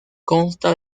consta